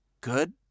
good